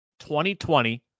2020